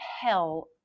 hell